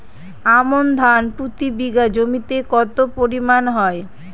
আমন ধান প্রতি বিঘা জমিতে কতো পরিমাণ হয়?